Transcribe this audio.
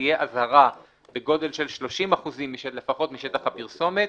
תהיה אזהרה בגודל של 30% לפחות משטח הפרסומת,